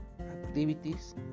activities